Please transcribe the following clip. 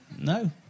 No